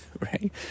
Right